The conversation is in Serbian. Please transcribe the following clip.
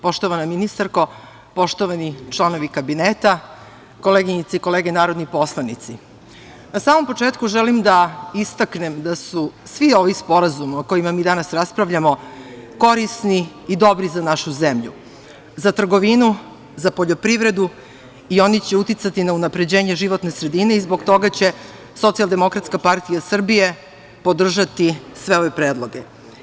Poštovana ministarko, poštovani članovi kabineta, koleginice i kolege narodni poslanici, na samom početku želim da istaknem da su svi ovi sporazumi, o kojima mi danas raspravljamo, korisni i dobri za našu zemlju, za trgovinu, za poljoprivredu i oni će uticati na unapređenje životne sredine i zbog toga će Socijaldemokratska partija Srbije podržati sve ove predloge.